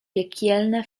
piekielne